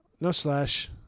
No-slash